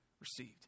received